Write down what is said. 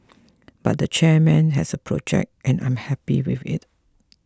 but the chairman has a project and I am happy with it